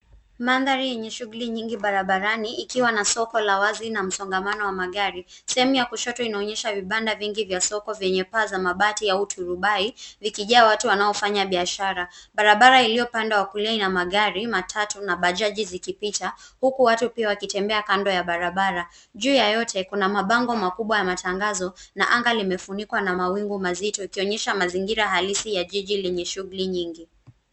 Mandhari yenye shughuli nyingi barabarani ikiwa na soko la wazi na msongamano wa magari. Sehemu ya kushoto inaonyesha vibanda vingi vya soko venye paa mabati ya uturubai vikijaa watu wanaofanya biashara. Barabara iliyo pande wa kulia na magari matatu na bajaji zikipita huku watu pia wakitembea kando ya barabara. Juu ya yote kuna mabango makubwa ya matangazo na anga limefunikwa na mawingu mazito ikionyesha mazingira halisi ya jiji lenye shughuli nyingi.